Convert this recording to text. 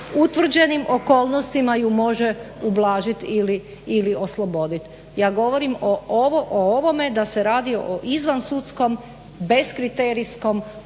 utvrđenim okolnostima ju može ublažit ili oslobodit. Ja govorim o ovome da se radi o izvansudskom, beskriterijskom